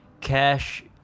Cash